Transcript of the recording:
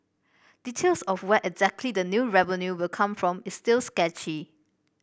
details of where exactly the new revenue will come from is still sketchy